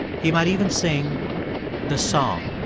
he might even sing the song,